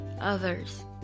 others